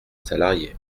salarié